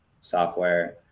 software